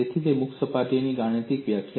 તેથી તે મુક્ત સપાટીની ગાણિતિક વ્યાખ્યા છે